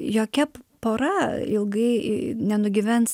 jokia pora ilgai nenugyvens